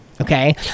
okay